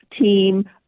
team